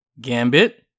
Gambit